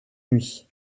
nuit